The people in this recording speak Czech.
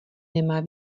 nemá